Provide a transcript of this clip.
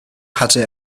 hatte